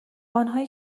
آنهایی